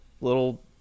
little